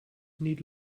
need